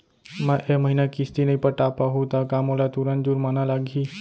मैं ए महीना किस्ती नई पटा पाहू त का मोला तुरंत जुर्माना लागही?